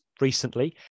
recently